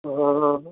हाँ हाँ